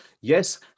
yes